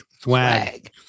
swag